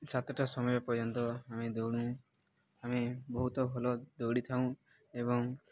ସାତଟା ସମୟ ପର୍ଯ୍ୟନ୍ତ ଆମେ ଦୌଡ଼ୁ ଆମେ ବହୁତ ଭଲ ଦୌଡ଼ିଥାଉଁ ଏବଂ